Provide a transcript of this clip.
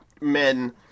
men